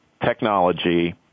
technology